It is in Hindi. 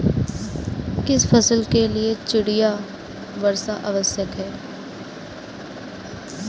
किस फसल के लिए चिड़िया वर्षा आवश्यक है?